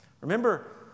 Remember